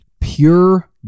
pure